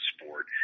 sport